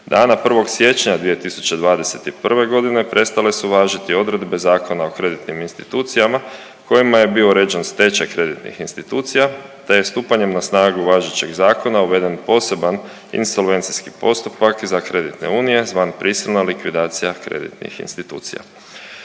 Dana 1. siječnja 2021. godine prestale su važiti odredbe Zakona o kreditnim institucijama kojima je bio uređen stečaj kreditnih institucija te je stupanjem na snagu važećeg zakona uveden poseban insolvencijski postupak za kreditne unije zvan prisilna likvidacija kreditnih institucija.